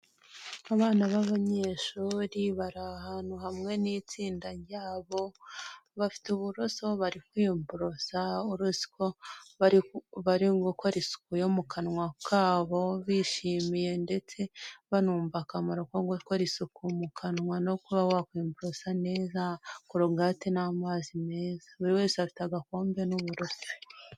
Abana b'abanyeshuri bari ahantu hamwe n'itsinda ryabo bafite uburoso bari kwiborosa ko bari gukora isuku yo mu kanwa kabo bishimiye ndetse bumva akamaro ko gutwara isuku mu kanwa no kuba wakwiborosa neza korogate n'amazi meza buri wese afite agakombe n'uburosi.